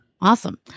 Awesome